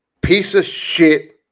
piece-of-shit